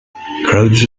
crowds